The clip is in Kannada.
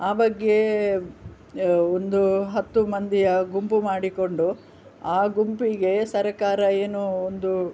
ಆ ಬಗ್ಗೆ ಒಂದು ಹತ್ತು ಮಂದಿಯ ಗುಂಪು ಮಾಡಿಕೊಂಡು ಆ ಗುಂಪಿಗೆ ಸರಕಾರ ಏನು ಒಂದು